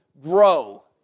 grow